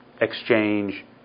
exchange